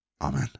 Amen